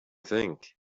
think